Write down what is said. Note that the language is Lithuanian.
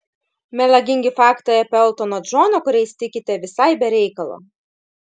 melagingi faktai apie eltoną džoną kuriais tikite visai be reikalo